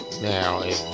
Now